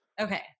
Okay